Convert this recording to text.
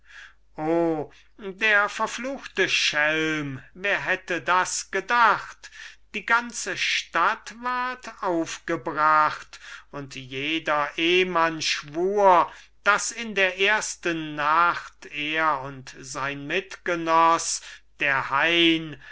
oh der verfluchte schelm wer hätte das gedacht die ganze stadt ward aufgebracht und jeder ehmann schwur daß in der ersten nacht er und sein mitgenoß der hain